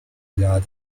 哲学家